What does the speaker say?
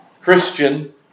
Christian